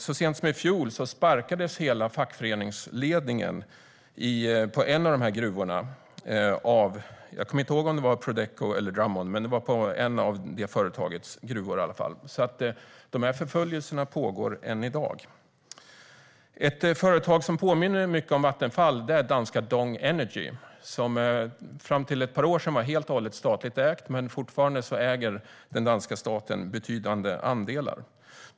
Så sent som i fjol sparkades hela fackföreningsledningen på en av Prodecos eller Drummonds gruvor. Dessa förföljelser pågår alltså än i dag. Ett företag som påminner mycket om Vattenfall är danska Dong Energy. Fram till för ett par år sedan var det helstatligt, och den danska staten äger fortfarande betydande andelar.